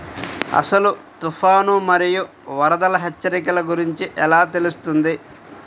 అసలు తుఫాను మరియు వరదల హెచ్చరికల గురించి ఎలా తెలుస్తుంది?